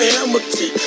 Hamilton